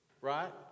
right